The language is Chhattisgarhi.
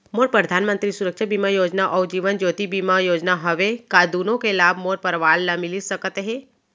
मोर परधानमंतरी सुरक्षा बीमा योजना अऊ जीवन ज्योति बीमा योजना हवे, का दूनो के लाभ मोर परवार ल मिलिस सकत हे?